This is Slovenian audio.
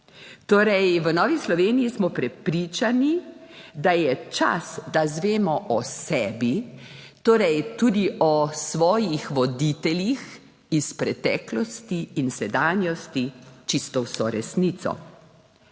Torej v Novi Sloveniji smo prepričani, da je čas, da izvemo o sebi, torej tudi o svojih voditeljih iz preteklosti in sedanjosti čisto vso resnico.